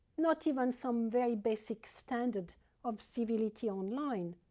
not even some very basic standard of civility online.